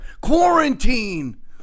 Quarantine